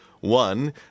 One